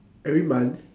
every month